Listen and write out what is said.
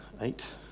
eight